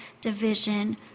division